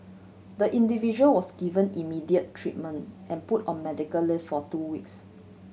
the individual was given immediate treatment and put on medical leave for two weeks